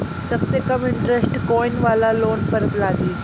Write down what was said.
सबसे कम इन्टरेस्ट कोउन वाला लोन पर लागी?